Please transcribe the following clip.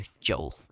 Joel